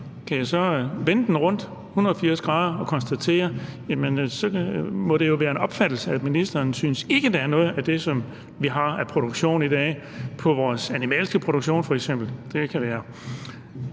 Kan jeg så vende den rundt 180 grader og konstatere, at det jo så må være sådan, at ministeren ikke synes, at der er noget af det, som vi har i vores animalske produktion i dag